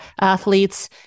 athletes